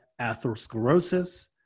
atherosclerosis